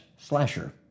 slasher